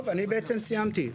טוב, אני בעצם סיימתי.